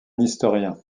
historien